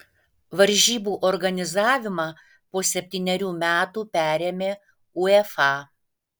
varžybų organizavimą po septynerių metų perėmė uefa